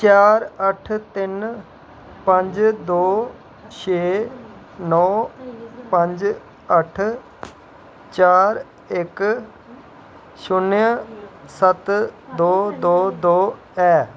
चार अट्ठ तिन पंज दो छे नौ पंज अट्ठ चार इक शून्य सत्त दो दो दो ऐ